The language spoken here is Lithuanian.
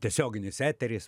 tiesioginis eteris